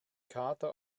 kater